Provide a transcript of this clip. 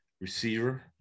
receiver